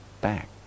back